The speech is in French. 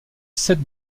sept